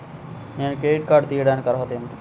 నేను credit card తీయడానికి అర్హత ఏమిటి?